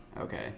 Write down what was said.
Okay